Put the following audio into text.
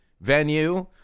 venue